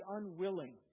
unwilling